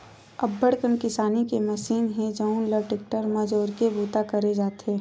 अब्बड़ कन किसानी के मसीन हे जउन ल टेक्टर म जोरके बूता करे जाथे